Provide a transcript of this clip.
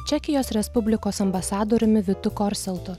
čekijos respublikos ambasadoriumi vitu korseltu